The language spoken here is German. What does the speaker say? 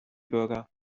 bürger